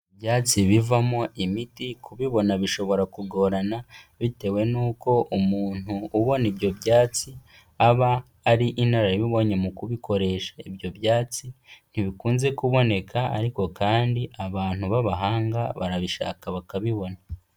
Ibyatsi bivamo imiti kubibona bishobora kugorana, bitewe n'uko umuntu ubona ibyo byatsi aba ari inararibonye mu kubikoresha. Ibyo byatsi ntibikunze kuboneka, ariko kandi abantu b'abahanga barabishaka bakabibona.